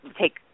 take